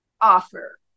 offer